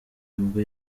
ubwo